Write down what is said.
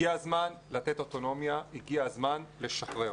הגיע הזמן לתת אוטונומיה, הגיע הזמן לשחרר.